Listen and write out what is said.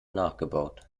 nachgebaut